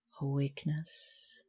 awakeness